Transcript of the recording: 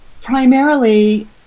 primarily